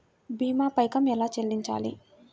భీమా పైకం ఎలా చెల్లించాలి?